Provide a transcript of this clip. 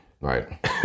right